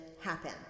happen